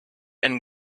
and